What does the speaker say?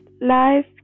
life